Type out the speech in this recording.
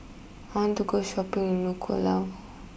I want to go Shopping in Nuku'alofa